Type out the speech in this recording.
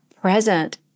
present